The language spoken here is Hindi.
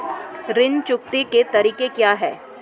ऋण चुकौती के तरीके क्या हैं?